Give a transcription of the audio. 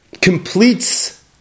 completes